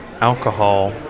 alcohol